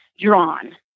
drawn